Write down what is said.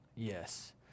Yes